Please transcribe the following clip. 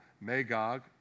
Magog